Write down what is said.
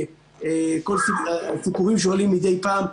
כל הסיפורים שעולים מדי פעם.